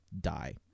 die